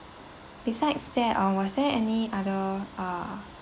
besides that uh was there any other uh